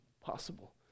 possible